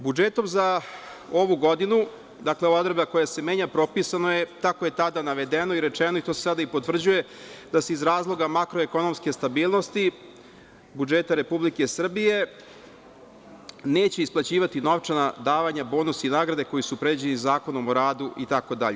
Budžetom za ovu godinu, odredba koja se menja propisana je, kako je tada navedeno i rečeno i to se sada potvrđuje, da se iz razloga makroekonomske stabilnosti budžeta Republike Srbije neće isplaćivati novčana davanja, bonuse i nagrade koji su predviđeni Zakonom o radu itd.